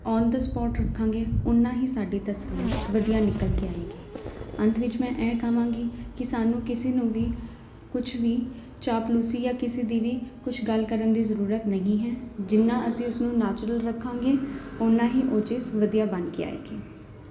on the spot ਰੱਖਾਂਗੇ ਉਨਾ ਹੀ ਸਾਡੀ ਤਸਵੀਰ ਵਧੀਆ ਨਿਕਲ ਕੇ ਆਵੇਗੀ ਅੰਤ ਵਿੱਚ ਮੈਂ ਇਹ ਕਹਾਂਗੀ ਕਿ ਸਾਨੂੰ ਕਿਸੇ ਨੂੰ ਵੀ ਕੁਛ ਵੀ ਚਾਪਲੂਸੀ ਜਾਂ ਕਿਸੇ ਦੀ ਵੀ ਕੁਛ ਗੱਲ ਕਰਨ ਦੀ ਜ਼ਰੂਰਤ ਨਹੀਂ ਹੈ ਜਿੰਨਾ ਅਸੀਂ ਉਸਨੂੰ ਨੈਚੁਰਲ ਰੱਖਾਂਗੇ ਉਨ੍ਹਾਂ ਹੀ ਉਹ ਚੀਜ਼ ਵਧੀਆ ਬਣ ਕੇ ਆਵੇਗੀ